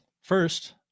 first